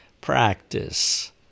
practice